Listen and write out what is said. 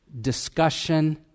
discussion